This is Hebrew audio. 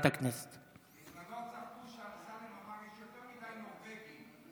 בזמנו תקפו, יש הרבה מדי נורבגים.